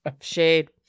shade